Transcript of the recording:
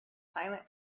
silent